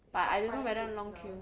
but I don't know whether long queue